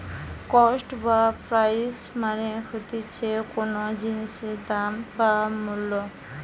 cost বা price মানে হতিছে কোনো জিনিসের দাম বা মূল্য